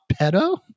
pedo